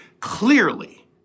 clearly